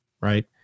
right